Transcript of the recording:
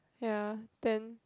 ya then